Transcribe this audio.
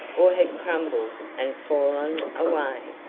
or had crumbled and fallen away.